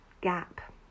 gap